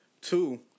Two